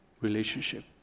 relationship